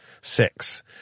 six